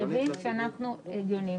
שיסגרו אותו,